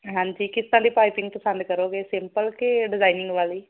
ਹਾਂਜੀ ਕਿਸ ਤਰ੍ਹਾਂ ਦੀ ਪਾਈਪਿੰਗ ਪਸੰਦ ਕਰੋਂਗੇ ਸਿੰਪਲ ਕਿ ਡਿਜ਼ਾਈਨਿੰਗ ਵਾਲੀ